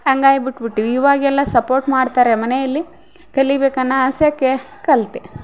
ಹಂಗಾಯ್ ಬುಟ್ಟು ಬುಟ್ವಿ ಇವಾಗೆಲ್ಲ ಸಪೋರ್ಟ್ ಮಾಡ್ತಾರೆ ಮನೆಯಲ್ಲಿ ಕಲಿಬೇಕು ಅನ್ನೋ ಆಸೆಕ್ಕೆ ಕಲಿತೆ